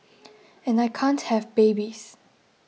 and I can't have babies